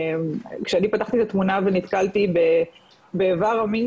כשאני פתחתי את התמונה ונתקלתי באיבר המין